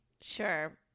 Sure